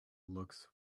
looks